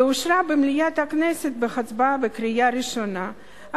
ואושרה במליאת הכנסת בקריאה ראשונה,